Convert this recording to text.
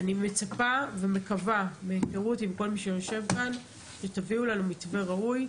אני מצפה ומקווה מההיכרות עם כל מי שיושב כאן שתביאו לנו מתווה ראוי,